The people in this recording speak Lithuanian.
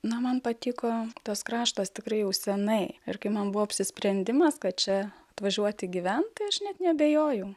na man patiko tas kraštas tikrai jau senai ir kai man buvo apsisprendimas kad čia atvažiuoti gyvent tai aš net neabejojau